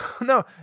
no